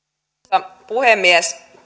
arvoisa puhemies